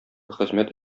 хезмәт